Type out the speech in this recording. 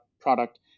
product